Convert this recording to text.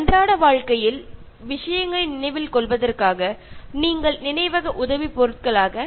നിത്യജീവിതത്തിലെ കാര്യങ്ങൾ ഓർത്തെടുക്കാൻ നിങ്ങൾക്ക് ചില സാധനങ്ങളുടെ സഹായം തേടാവുന്നതാണ്